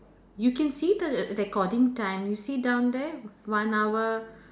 you can see the recording time you see down there one hour